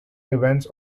events